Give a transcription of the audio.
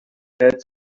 had